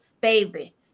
baby